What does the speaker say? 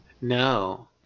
no